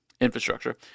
infrastructure